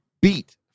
Beat